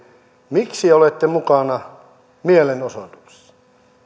miksi olette mukana mielenosoituksessa